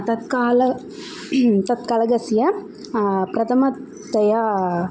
तत्कालः तत्कालस्य प्रथमतया